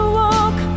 walk